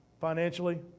financially